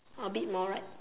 a bit more right